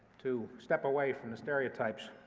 to step away from the stereotypes